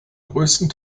größten